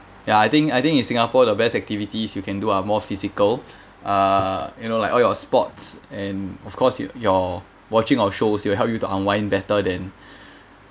ya I think I think in singapore the best activities you can do are more physical uh you know like all your sports and of course you your watching on shows you will help you to unwind better than